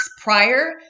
prior